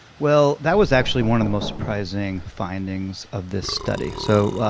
well, that was actually one of the most surprising findings of this study. so,